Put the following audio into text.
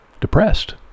depressed